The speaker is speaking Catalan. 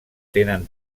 tenen